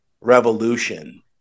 revolution